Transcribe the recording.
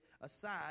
aside